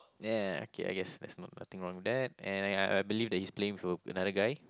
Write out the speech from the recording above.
ya ya okay I guessed there's no nothing wrong with that and I I believe that he's playing with a another guy